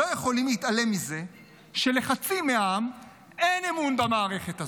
לא יכולים להתעלם מזה שלחצי מהעם אין אמון במערכת הזאת.